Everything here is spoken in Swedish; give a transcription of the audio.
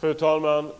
Fru talman!